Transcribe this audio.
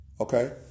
Okay